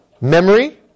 memory